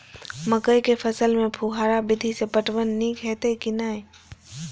मकई के फसल में फुहारा विधि स पटवन नीक हेतै की नै?